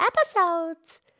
episodes